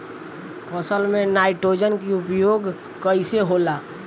फसल में नाइट्रोजन के उपयोग कइसे होला?